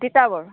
Titabar